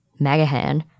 Magahan